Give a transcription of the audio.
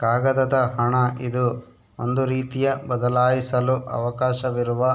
ಕಾಗದದ ಹಣ ಇದು ಒಂದು ರೀತಿಯ ಬದಲಾಯಿಸಲು ಅವಕಾಶವಿರುವ